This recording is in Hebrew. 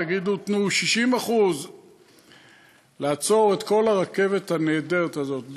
תגידו: תנו 60%. לעצור את כל הרכבת הנהדרת הזאת,